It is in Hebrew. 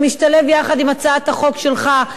שמשתלב עם הצעת החוק שלך,